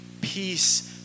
peace